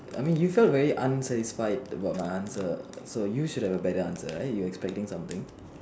I mean you felt very unsatisfied about my answer so you should have a better answer right you expecting something